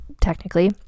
technically